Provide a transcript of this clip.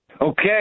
Okay